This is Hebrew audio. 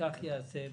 כך יעשה.